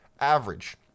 average